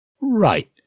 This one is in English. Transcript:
Right